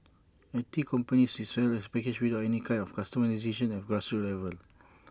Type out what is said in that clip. I T companies will sell as A package without any kind of customisation at A grassroots level